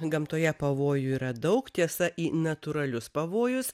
gamtoje pavojų yra daug tiesa į natūralius pavojus